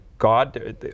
God